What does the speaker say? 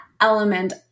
element